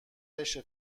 بشه